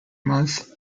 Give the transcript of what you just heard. month